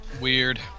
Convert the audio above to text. Weird